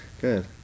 good